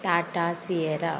Tata Sierra